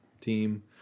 team